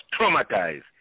traumatized